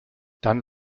dann